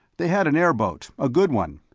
they had an airboat, a good one.